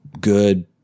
good